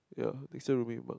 ya they say 很忙